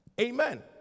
Amen